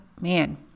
Man